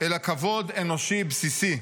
אלא של כבוד אנושי בסיסי.